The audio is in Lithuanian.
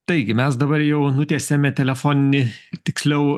taigi mes dabar jau nutiesėme telefoninį tiksliau